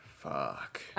Fuck